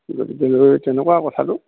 গতিকে তেনেকুৱা কথাটো